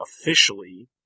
officially